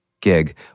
gig